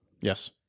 Yes